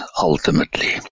ultimately